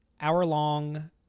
hour-long